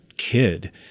kid